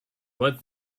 but